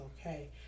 okay